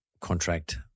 contract